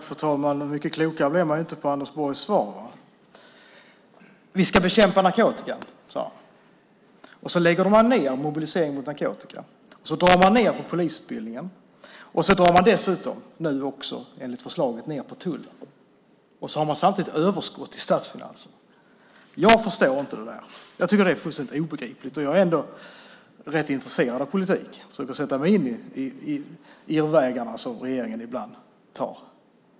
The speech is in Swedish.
Fru talman! Mycket klokare blev jag inte av Anders Borgs svar. Han sade att de ska bekämpa narkotikan. Sedan lägger de ned Mobilisering mot narkotika. Sedan drar de ned på polisutbildningen. Sedan drar de dessutom, enligt förslaget, ned på tullen. Samtidigt är det överskott i statsfinanserna. Jag förstår inte detta. Det är fullständigt obegripligt, och jag är ändå rätt intresserad av politik. Jag kan sätta mig in i irrvägarna som regeringen ibland tar.